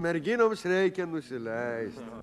merginoms reikia nusileist